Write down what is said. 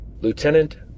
Lieutenant